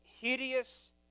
hideous